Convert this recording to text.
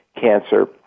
cancer